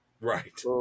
right